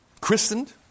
christened